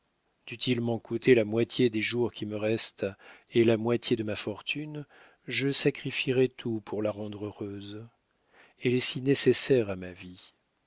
dût-il m'en coûter la moitié des jours qui me restent et la moitié de ma fortune je sacrifierais tout pour la rendre heureuse elle est si nécessaire à ma vie